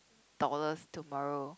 dollars tomorrow